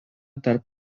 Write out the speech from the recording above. tarp